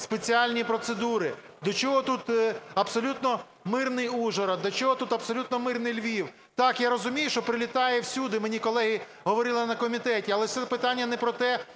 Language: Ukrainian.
спеціальні процедури. До чого тут абсолютно мирний Ужгород? До чого тут абсолютно мирний Львів? Так, я розумію, що прилітає всюди, мені колеги говорили на комітеті, але це питання не про те,